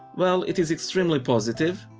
well, it is extremely positive.